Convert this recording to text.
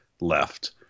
left